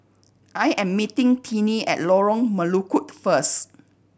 I am meeting Tennie at Lorong Melukut first